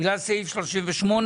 בגלל סעיף 38,